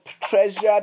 treasured